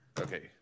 Okay